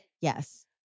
yes